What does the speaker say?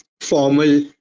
formal